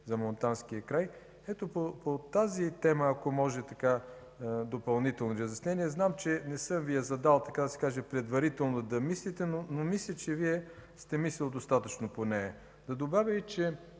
за Монтанския край, ето по тази тема, ако може допълнително разяснение. Знам, че не съм Ви я задал предварително да мислите, но мисля, че Вие сте мислил достатъчно по нея. Да добавя, че